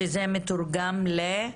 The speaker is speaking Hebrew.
שזה מתורגם למה?